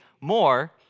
more